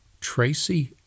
Tracy